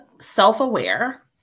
self-aware